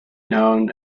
known